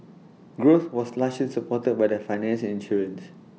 growth was largely supported by the finance and insurance